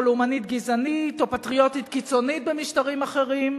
לאומנית גזענית או פטריוטית קיצונית במשטרים אחרים,